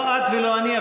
לא את ולא אני,